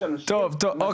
יש אנשים מדהימים --- בסדר,